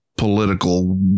political